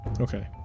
Okay